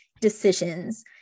decisions